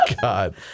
God